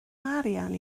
arian